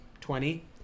Twenty